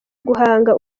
guhanga